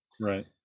Right